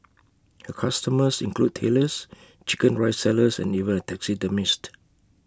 her customers include Tailors Chicken Rice sellers and even A taxidermist